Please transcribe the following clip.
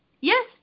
Yes